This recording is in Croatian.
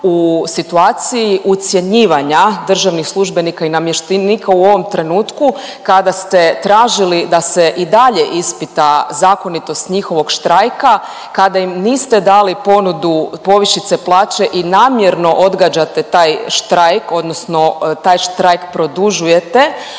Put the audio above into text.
u situaciji ucjenjivanja državnih službenika i namještenika u ovom trenutku kada ste tražili da se i dalje ispita zakonitost njihovog štrajka kada im niste dali ponudu povišice plaće i namjerno odgađate taj štrajk odnosno taj štrajk produžujete